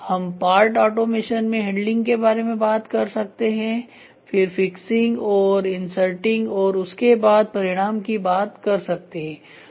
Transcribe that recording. हम part automation में handling के बारे में बात कर सकते हैं फिर फिक्सिंग और इंसर्टिंग और उसके बाद परिणाम की बात कर सकते हैं